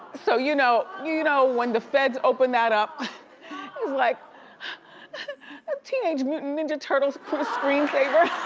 so you know, you know when the feds open that up, he's like a teenage mutant ninja turtles screensaver.